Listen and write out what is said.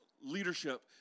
leadership